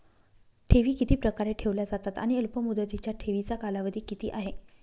ठेवी किती प्रकारे ठेवल्या जातात आणि अल्पमुदतीच्या ठेवीचा कालावधी किती आहे?